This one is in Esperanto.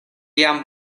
jam